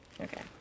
Okay